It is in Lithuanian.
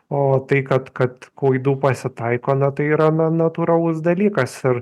o tai kad kad klaidų pasitaiko na tai yra na natūralus dalykas ir